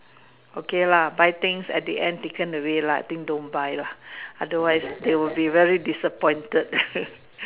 okay lah buy things at the end taken away lah I think don't buy lah otherwise they will be very disappointed